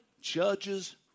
judges